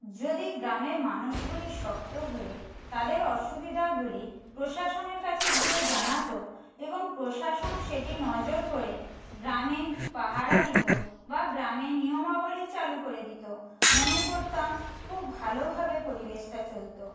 যদি গ্রামের মানুষগুলি শক্ত হয়ে তাদের অসুবিধাগুলি প্রশাসনের কাছে যেয়ে জানাতো এবং প্রশাসন সেটি নজর করে গ্রামে পাহারা দিত বা গ্রামে নিয়মাবলী চালু করে দিত মনে করতাম খুব ভালোভাবে পরিবেশটা চলত